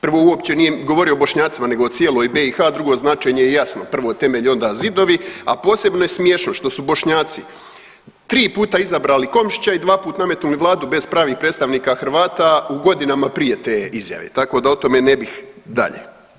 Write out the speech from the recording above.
Prvo uopće nije govorio o Bošnjacima nego o cijeloj BiH, drugo značenje je jasno prvo temelji onda zidovi, a posebno je smiješno što su Bošnjaci tri puta izabrali Komšića i dva put nametnuli vladu bez pravih predstavnika Hrvata u godinama prije te izjave, tako da o tome ne bih dalje.